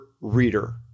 reader